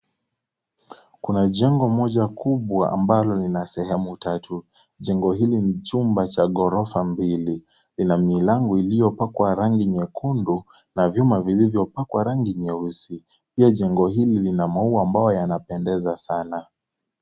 Kuna jengo moja kubwa ambalo lina sehemu tatu. Jengo hili ni chumba cha ghorofa mbili, lina milango iliyopakwa rangi nyekundu na vyuma vilivyopakwa rangi nyeusi. Pia jengo hili lina maua ambayo yanapendekeza sana.